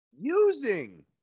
using